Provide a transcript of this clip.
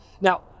Now